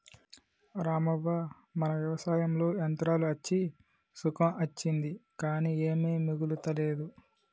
రామవ్వ మన వ్యవసాయంలో యంత్రాలు అచ్చి సుఖం అచ్చింది కానీ ఏమీ మిగులతలేదు